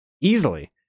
easily